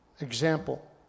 Example